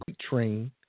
train